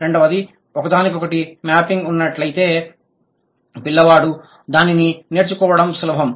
రెండవది ఒకదానికొకటి మ్యాపింగ్ ఉన్నట్లయితే పిల్లవాడు దానిని నేర్చుకోవడం సులభం